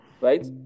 Right